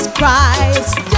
Christ